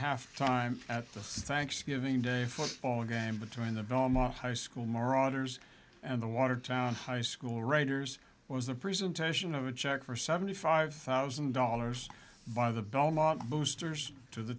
half time at the thanksgiving day football game between the belmont high school morag hers and the watertown high school writers was the presentation of a check for seventy five thousand dollars by the belmont boosters to the